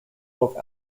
both